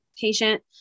patient